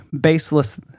baseless